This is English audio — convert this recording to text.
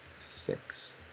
six